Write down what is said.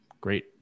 great